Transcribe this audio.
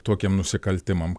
tokiem nusikaltimam